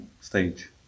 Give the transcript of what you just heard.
stage